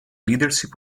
leadership